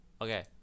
Okay